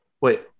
Wait